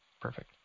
perfect